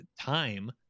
time